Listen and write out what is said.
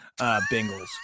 Bengals